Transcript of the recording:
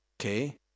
okay